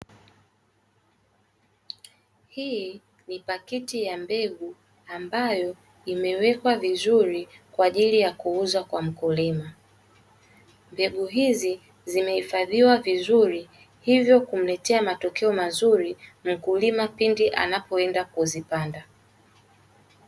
Hii ni pakiti ya mbegu ambayo imewekwa vizuri kwa ajili ya kuuzwa kwa mkulima mbegu hizi zimehifadhiwa vizuri hivyo kumletea matokeo mazuri mkulima pindi anapoenda kuzipanda.